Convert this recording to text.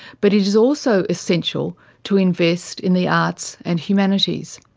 but it is also essential to invest in the arts and humanities.